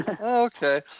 Okay